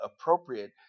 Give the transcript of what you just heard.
appropriate